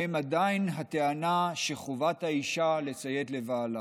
שבהם עדיין עולה הטענה שחובת האישה לציית לבעלה.